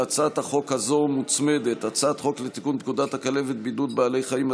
להצעת החוק הזו מוצמדת הצעת חוק לתיקון פקודת הכלבת (בידוד בעלי חיים),